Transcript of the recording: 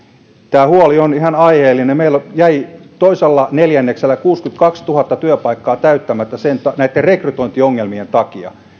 tämä huoli on ihan aiheellinen meillä jäi toisella neljänneksellä kuusikymmentäkaksituhatta työpaikkaa täyttämättä näitten rekrytointiongelmien takia